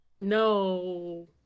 no